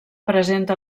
presenta